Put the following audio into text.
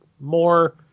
more